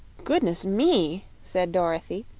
goodness me! said dorothy,